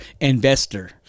investor